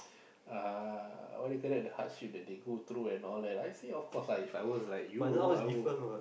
uh what you call that the hardship that they go through and all that I say of course lah If I was like you I would